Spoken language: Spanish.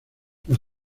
los